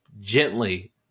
gently